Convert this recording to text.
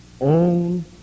own